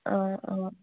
অ অ